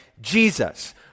Jesus